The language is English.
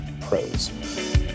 Pros